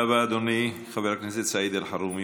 באמת משפט אחרון.